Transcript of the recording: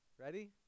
Ready